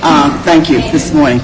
on thank you this morning